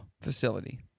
facility